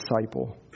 disciple